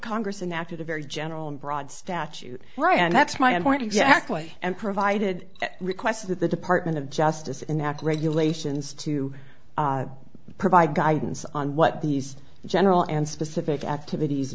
congress enacted a very general and broad statute right and that's my point exactly and provided requested that the department of justice enact regulations to provide guidance on what these general and specific activities